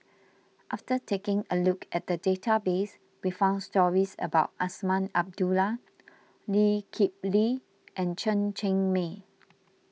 after taking a look at the database we found stories about Azman Abdullah Lee Kip Lee and Chen Cheng Mei